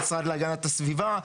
המשרד להגנת הסביבה,